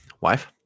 wife